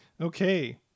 Okay